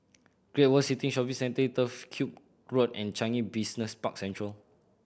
Great World City Shopping Centre Turf Ciub Road and Changi Business Park Central